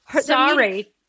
Sorry